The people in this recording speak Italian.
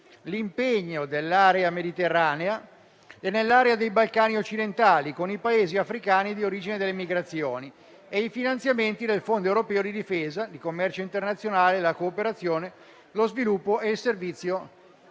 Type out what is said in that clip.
l'impegno nell'area mediterranea e nell'area dei Balcani occidentali con i Paesi africani di origine delle migrazioni e i finanziamenti del Fondo europeo per la difesa, il commercio internazionale, la cooperazione allo sviluppo e il Servizio europeo